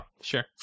sure